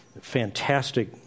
Fantastic